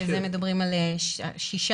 ששם מדברים על 6%,